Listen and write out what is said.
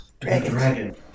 dragon